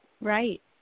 Right